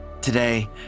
Today